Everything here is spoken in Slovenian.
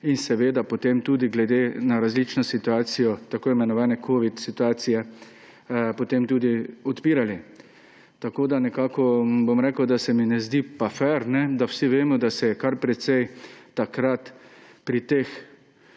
in seveda potem tudi na različno situacijo tako imenovane covid situacije potem tudi odpirali. Tako bom rekel, da se mi ne zdi pa fer, ker vsi vemo, da se je kar precej takrat pri teh